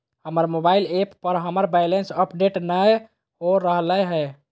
हमर mobile app पर हमर बैलेंस अपडेट नय हो रहलय हें